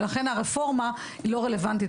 ולכן הרפורמה היא לא רלוונטית.